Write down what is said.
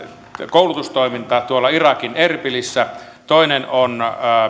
koulutustoiminta irakin erbilissä toinen on